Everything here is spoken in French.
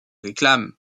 réclame